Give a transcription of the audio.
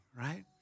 right